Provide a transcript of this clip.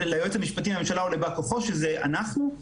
ליועץ המשפטי לממשלה או לבא כוחו שזה אנחנו,